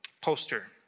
Poster